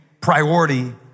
priority